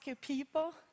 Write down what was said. people